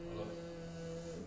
um